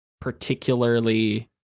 particularly